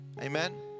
Amen